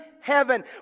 heaven